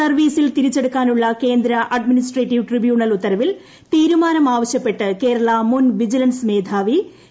സർവ്വീസിൽ തിരിച്ചെടുക്കാനുള്ള കേന്ദ്ര അഡ്മിനിസ്ട്രേറ്റീവ് ട്രിബ്യൂണൽ ഉത്തരവിൽ തീരുമാനം ആവശൃപ്പെട്ട് കേരള മുൻ വിജിലൻസ് മേധാവി ജേക്കബ് തോമസ്